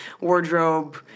wardrobe